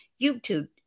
youtube